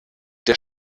der